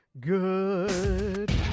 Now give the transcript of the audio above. Good